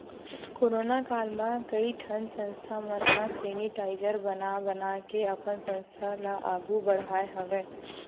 corona काल म कइ ठन संस्था मन ह सेनिटाइजर बना बनाके अपन संस्था ल आघु बड़हाय हवय